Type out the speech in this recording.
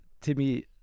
timmy